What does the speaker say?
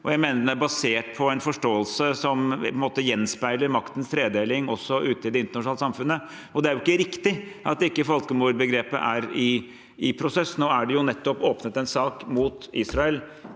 jeg mener den er basert på en forståelse som gjenspeiler maktens tredeling også ute i det internasjonale samfunnet. Det er jo ikke riktig at folkmordbegrepet ikke er i prosess. Nå er det nettopp åpnet en sak mot Israel